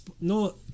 no